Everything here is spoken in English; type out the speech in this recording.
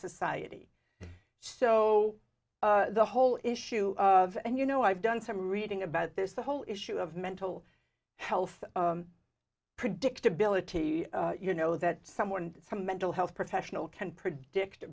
society so the whole issue of and you know i've done some reading about this the whole issue of mental health predictability you know that someone from mental health professional can predict